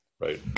right